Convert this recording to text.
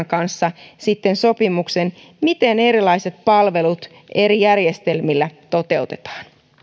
kanssa sitten sopimuksen siitä miten erilaiset palvelut eri järjestelmillä toteutetaan